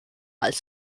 als